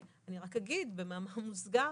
אני רק אגיד במאמר מוסגר,